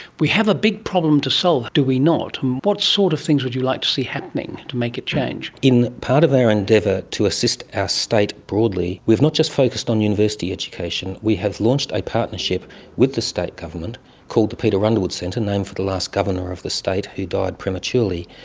we have a big problem to solve, do we not, and what sort of things would you like to see happening to make it change? part of our endeavour to assist our state broadly, we've not just focused on university education, we have launched a partnership with the state government called the peter underwood centre, named the last governor of the state who died prematurely,